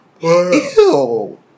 Ew